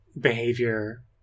behavior